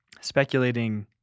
speculating